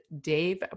Dave